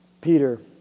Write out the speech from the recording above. Peter